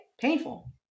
Painful